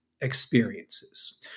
experiences